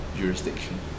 jurisdiction